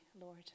Lord